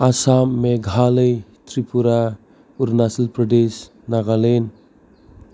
Assam Meghalaya Tripura Arunachal Pradesh Nagaland